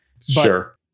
Sure